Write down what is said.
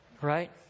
right